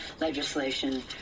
legislation